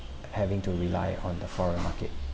having to rely on the foreign market